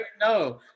No